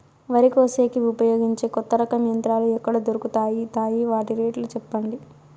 వరి కోసేకి ఉపయోగించే కొత్త రకం యంత్రాలు ఎక్కడ దొరుకుతాయి తాయి? వాటి రేట్లు చెప్పండి?